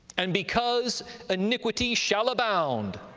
and because iniquity shall abound,